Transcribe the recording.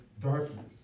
Darkness